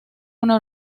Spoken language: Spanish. una